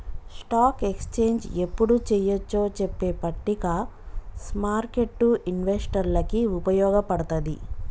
stock exchange యెప్పుడు చెయ్యొచ్చో చెప్పే పట్టిక స్మార్కెట్టు ఇన్వెస్టర్లకి వుపయోగపడతది